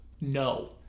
No